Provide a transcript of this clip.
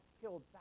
killed